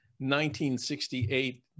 1968